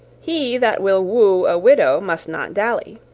he that will woo a widow must not dally,